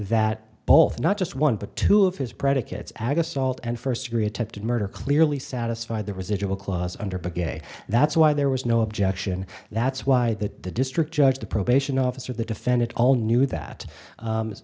that both not just one but two of his predicates ag assault and first degree attempted murder clearly satisfy the residual clause under but again that's why there was no objection that's why that the district judge the probation officer the defendant all knew that